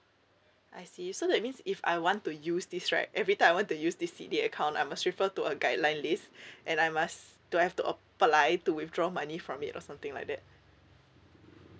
I see so that means if I want to use this right every time I want to use this C_D account I must refer to a guideline list and I must do I have to apply to withdraw money from it or something like that